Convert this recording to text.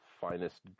finest